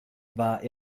war